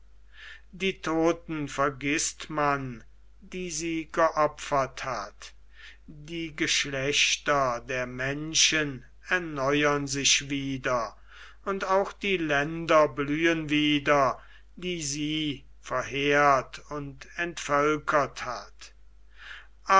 die todten vergißt man die sie geopfert hat die geschlechter der menschen erneuern sich wieder und auch die länder blühen wieder die sie verheert und entvölkert hat